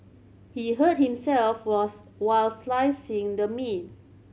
he hurt himself while slicing the meat